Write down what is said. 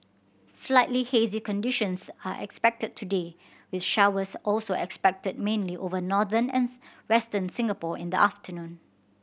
slightly hazy conditions are expected today with showers also expected mainly over northern and Western Singapore in the afternoon